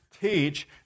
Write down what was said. teach